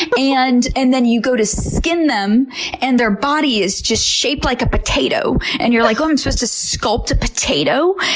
and and then you go to skin them and their body is just shaped like a potato and you're like, oh, i'm supposed to sculpt a potato!